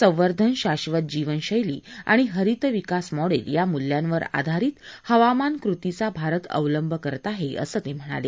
संवर्धन शाक्षात जीवन शैली आणि हरित विकास मॉडेल या मूल्यांवर आधारित हवामान कृतीचा भारत अवलंब करत आहे असं ते म्हणाले